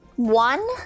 One